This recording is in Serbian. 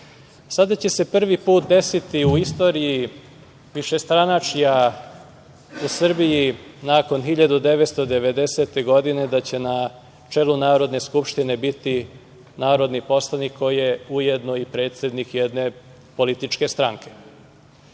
Sada će se prvi put desiti u istoriji višestranačja u Srbiji, nakon 1990. godine da će na čelu Narodne skupštine biti narodni poslanik koji je ujedno i predsednik jedne političke stranke. To